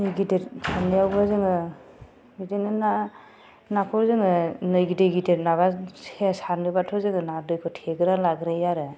दै गिदिर थानायावबो जोङो बिदिनो नाखौ जोङो नै गिदिर गिदिर नाबा सारनोबाथ' जोङो ना दैखौ थेग्रोनानै लाग्रोयो आरो